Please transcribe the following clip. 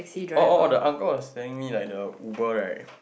oh oh oh the uncle was telling me like the Uber right